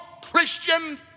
Christian